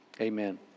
amen